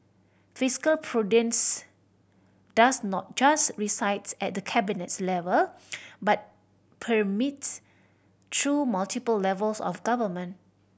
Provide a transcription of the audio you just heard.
fiscal prudence does not just resides at the Cabinet level but permeates through multiple levels of government